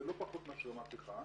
זה לא פחות מאשר מהפכה,